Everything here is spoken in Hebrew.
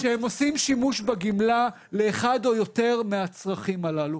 שהם עושים שימוש בגמלה לאחד או יותר מהצרכים הללו.